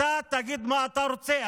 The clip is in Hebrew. אתה תגיד מה שאתה רוצה,